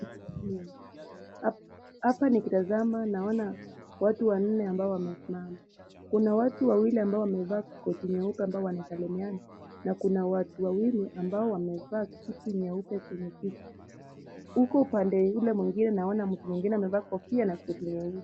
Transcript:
Hapa nikitazama naona watu wanne ambao wamesimama. Kuna watu wawili ambao wamevaa kofia nyeupe ambao wanasalimiana, na kuna watu wawili ambao wamevaa suti nyeupe ti. Huku upande mwingine naona mtu moja aliyevaa kofia na suti nyeusi.